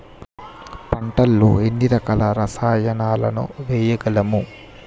పంటలలో ఎన్ని రకాల రసాయనాలను వేయగలము?